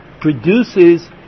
produces